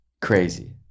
Crazy